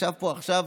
ישב פה עכשיו